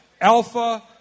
alpha